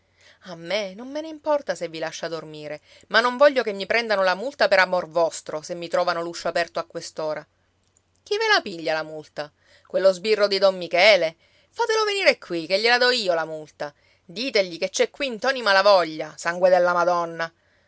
a me non me ne importa se vi lascia dormire ma non voglio che mi prendano la multa per amor vostro se mi trovano l'uscio aperto a quest'ora chi ve la piglia la multa quello sbirro di don michele fatelo venire qui che gliela dò io la multa ditegli che c'è qui ntoni malavoglia sangue della madonna